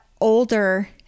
older